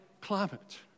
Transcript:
climate